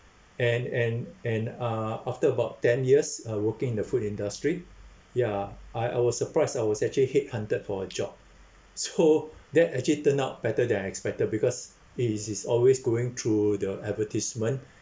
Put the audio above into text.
and and and uh after about ten years uh working in the food industry ya I I was surprised I was actually head-hunted for a job so that actually turn out better than I expected because it is is always going through the advertisement